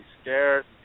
scared